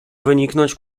wyniknąć